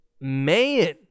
man